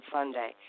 Sunday